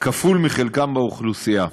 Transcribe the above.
כפול מחלקם באוכלוסייה.